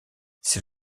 c’est